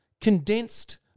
condensed